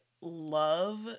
love